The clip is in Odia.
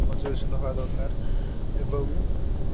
ପର୍ଯ୍ୟବେସିତ ହେବା ଦରକାର ଏବଂ